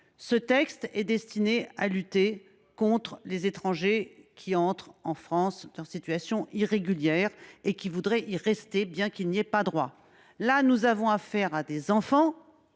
Ce texte est destiné à lutter contre les étrangers qui entrent en France de manière irrégulière et qui voudraient y rester bien qu’ils n’y aient pas droit. Là, nous avons affaire à des enfants